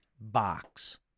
box